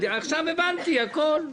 עכשיו הבנתי הכל.